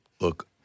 Look